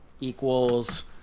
equals